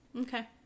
Okay